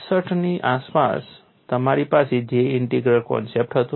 68 ની આસપાસ તમારી પાસે J ઇન્ટિગ્રલ કોન્સેપ્ટ હતો